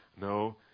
No